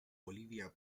bolivia